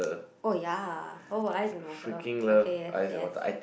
oh ya oh I don't know what's earth okay yes yes